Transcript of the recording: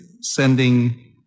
sending